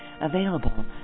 available